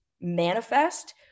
manifest